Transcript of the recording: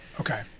Okay